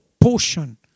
portion